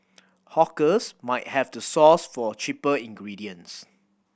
hawkers might have to source for cheaper ingredients